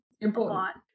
important